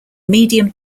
medium